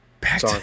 Back